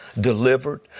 delivered